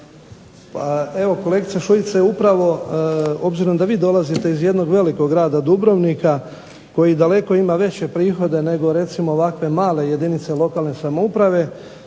evo kolegice Šuica upravo, obzirom da vi dolazite iz jednog velikog grada Dubrovnika, koji daleko ima veće prihode nego recimo ovakve male jedinice lokalne samouprave,